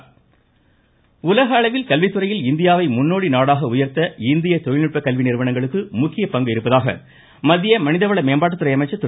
ரமேஷ் பொக்கிரியால் உலக அளவில் கல்வித்துறையில் இந்தியாவை முன்னோடி நாடாக உயர்த்த இந்திய தொழில்நுட்ப கல்வி நிறுவனங்களுக்கு முக்கிய பங்கு இருப்பதாக மத்திய மனிதவள மேம்பாட்டுத்துறை அமைச்சா் திரு